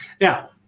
now